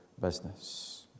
business